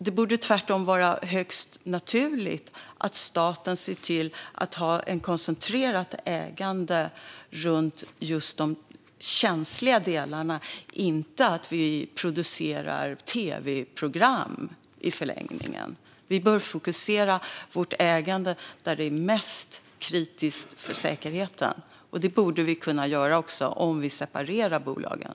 Det borde tvärtom vara högst naturligt att staten ser till att ha ett koncentrerat ägande runt just de känsliga delarna och inte att vi producerar tvprogram i förlängningen. Vi bör fokusera vårt ägande där det är mest kritiskt för säkerheten, och det borde vi kunna göra också om vi separerar bolagen.